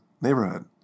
neighborhood